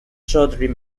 should